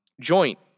joint